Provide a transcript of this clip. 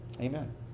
Amen